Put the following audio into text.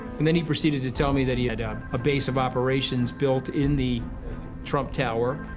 and then he proceeded to tell me that he had a, a base of operations built in the trump tower.